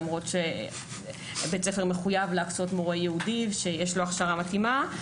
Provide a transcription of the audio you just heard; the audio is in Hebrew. למרות שבית הספר מחויב להקצות מורה ייעודי שיש לו הכשרה מתאימה.